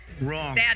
wrong